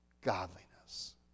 godliness